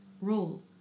role